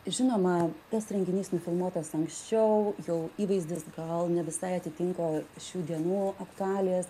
žinoma tas renginys nufilmuotas anksčiau jau įvaizdis gal ne visai atitinka šių dienų aktualijas